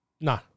No